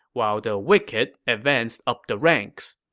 while the wicked advanced up the ranks